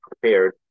prepared